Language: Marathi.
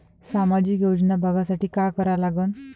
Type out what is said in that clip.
सामाजिक योजना बघासाठी का करा लागन?